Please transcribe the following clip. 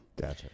Gotcha